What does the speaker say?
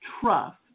trust